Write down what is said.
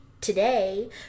today